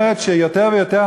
משרד האוצר לוקח את הכספים,